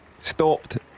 stopped